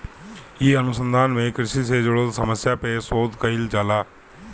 इ अनुसंधान में कृषि से जुड़ल समस्या पे शोध कईल जाला